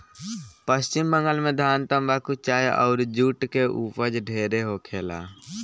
पश्चिम बंगाल में धान, तम्बाकू, चाय अउर जुट के ऊपज ढेरे होखेला